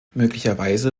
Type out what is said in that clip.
möglicherweise